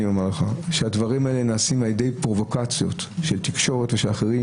אני אומר לך שהדברים האלה נעשים כפרובוקציות של התקשורת ושל אחרים,